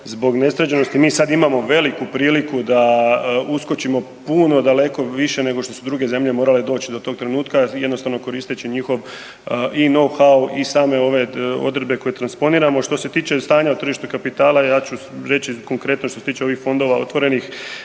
zbog nesređenosti. Mi sad imamo veliku priliku da uskočimo puno daleko više nego što su druge zemlje morala doći do tog trenutka jednostavno koristeći njihov i knww-how i same ove odredbe koje transponiramo. Što se tiče stanja na tržištu kapitala ja ću reći konkretno što se tiče ovih fondova otvorenih